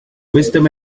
wisdom